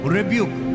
Rebuke